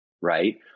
right